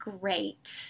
great